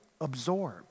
absorb